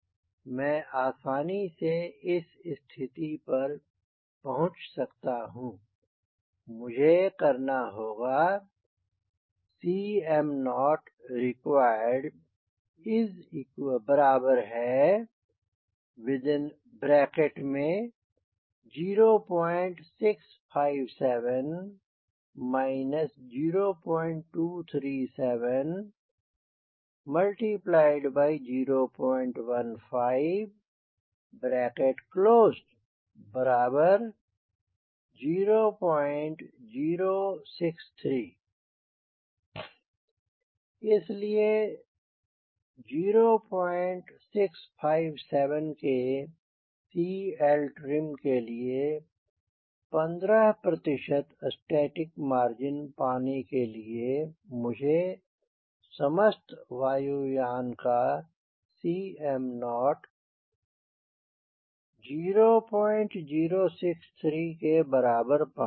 मैं आसानी से इस स्थिति पर पहुँच सकता हूँ मुझे करना होगा Cm0reqd0657 02370150063 इसलिए0657 के CLtrim के लिए 15 स्टैटिक मार्जिन पाने के लिये मुझे समस्त वायुयान का Cm0 0063 के बराबर पाना होगा